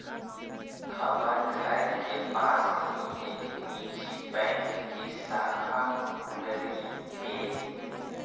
हमर घर के पास ही एक निजी बैंक की शाखा खुललई हे